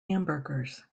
hamburgers